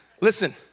Listen